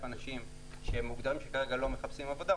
אנשים שהם מוגדרים ככאלה שכרגע לא מחפשים עבודה,